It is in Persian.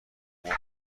مهر